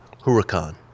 Huracan